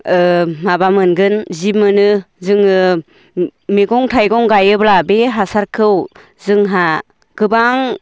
माबा मोनगोन जि मोनो जोङो मैगं थाइगं गायोब्ला बे हासारखौ जोंहा गोबां